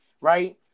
right